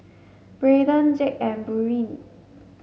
Braedon Jake and Buren